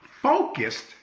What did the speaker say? Focused